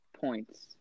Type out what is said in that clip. points